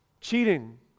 cheating